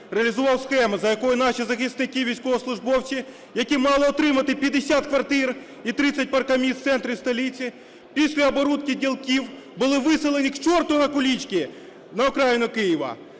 реалізував схему, за якою наші захисники-військовослужбовці, які мали отримати 50 квартир і 30 паркомісць в центрі столиці, після оборудки ділків були виселені к чорту на кулички – на окраїну Києва.